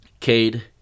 Cade